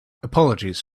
apologies